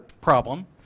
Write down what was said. problem